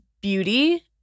beauty